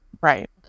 Right